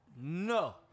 no